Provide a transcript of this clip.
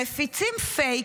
מפיצים פייק,